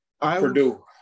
Purdue